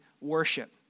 worship